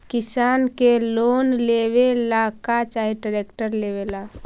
किसान के लोन लेबे ला का चाही ट्रैक्टर लेबे ला?